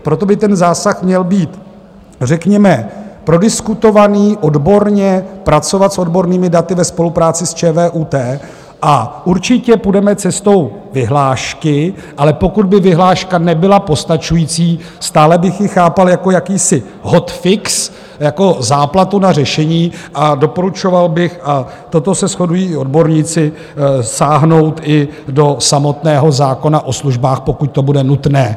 Proto by ten zásah měl být řekněme prodiskutovaný odborně, pracovat s odbornými daty ve spolupráci s ČVUT, a určitě půjdeme cestou vyhlášky, ale pokud by vyhláška nebyla postačující, stále bych ji chápal jako jakýsi hot fix, jako záplatu na řešení, a doporučoval bych, a toto se shodují i odborníci, sáhnout i do samotného zákona o službách, pokud to bude nutné.